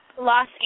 Los